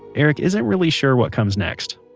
eric isn't really sure what comes next